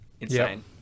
Insane